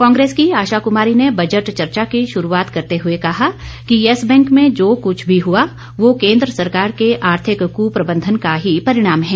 कांग्रेस की आशा कृमारी ने बजट चर्चा की शुरुआत करते हृए कहा कि येस बैंक में जो कृष्ठ भी हुआ वह केंद्र सरकार के आर्थिक कप्रबंधन का ही परिणाम है